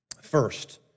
First